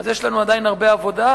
אז יש לנו עדיין הרבה עבודה,